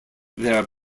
their